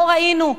לא ראינו?